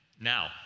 Now